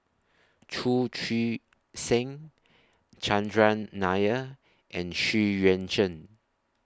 Chu Chee Seng Chandran Nair and Xu Yuan Zhen